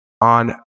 on